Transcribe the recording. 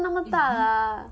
那么大 lah